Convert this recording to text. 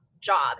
job